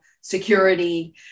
security